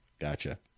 gotcha